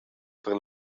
per